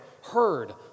heard